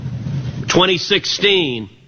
2016